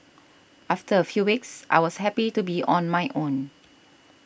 after a few weeks I was happy to be on my own